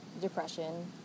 Depression